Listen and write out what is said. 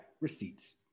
Receipts